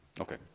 Okay